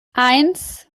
eins